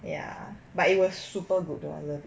ya but it was super good though